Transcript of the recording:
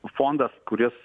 fondas kuris